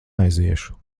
aiziešu